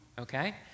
okay